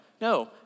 No